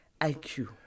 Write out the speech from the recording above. IQ